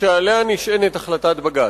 שעליה נשענת החלטת בג"ץ.